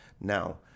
now